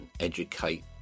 educate